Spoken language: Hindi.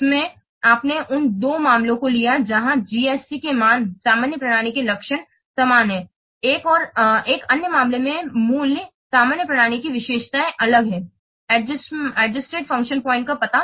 तो इसमें आपने उन दो मामलों को लिया है जहां GSC के मान सामान्य प्रणाली के लक्षण समान हैं एक अन्य मामले में मूल्य सामान्य प्रणाली की विशेषताएँ अलग हैं समायोजित फ़ंक्शन का पता